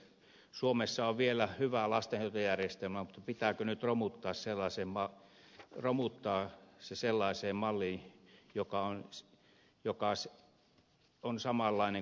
suomessa on vielä hyvä lastenhoitojärjestelmä mutta pitääkö nyt romuttaa se sellaiseen malliin joka on samanlainen kuin kaupoillakin